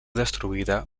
destruïda